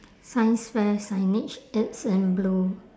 science fair signage it's in blue